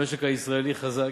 המשק הישראלי חזק,